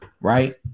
right